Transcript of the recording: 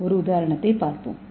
ஒரு உதாரணத்தைப் பார்ப்போம்